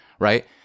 right